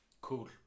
Cool